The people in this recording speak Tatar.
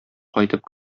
кайтып